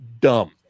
dumb